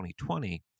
2020